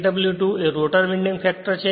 Kw2 rotor winding factor છે